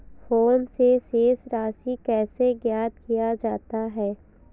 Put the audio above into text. Phone से शेष राशि कैसे ज्ञात किया जाता है?